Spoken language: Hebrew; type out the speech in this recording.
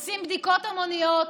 עושים בדיקות המוניות?